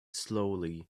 slowly